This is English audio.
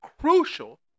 crucial